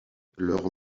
leur